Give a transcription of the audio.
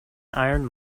iron